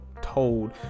told